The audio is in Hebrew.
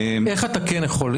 איך אתה כן יכול?